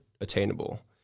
attainable